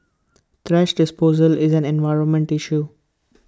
thrash disposal is an environmental issue